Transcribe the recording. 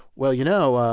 well, you know,